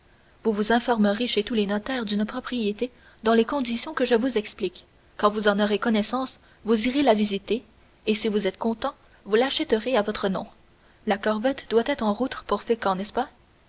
vous vous informerez chez tous les notaires d'une propriété dans les conditions que je vous explique quand vous en aurez connaissance vous irez la visiter et si vous êtes content vous l'achèterez à votre nom la corvette doit être en route pour fécamp n'est-ce pas